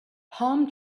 palm